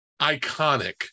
iconic